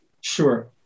Sure